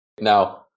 Now